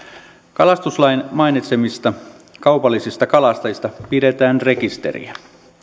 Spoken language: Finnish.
kalastuslain mainitsemista kaupallisista kalastajista pidetään rekisteriä